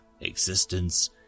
existence